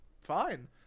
fine